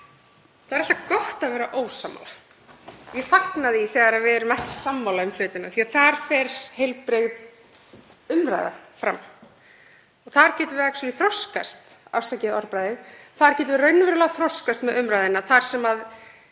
Það er alltaf gott að vera ósammála. Ég fagna því þegar við erum ekki sammála um hlutina því að þá fer fram heilbrigð umræða. Þar getur við „actually“ þroskast, afsakið orðbragðið, þar getum við raunverulega þroskast með umræðunni, sem ég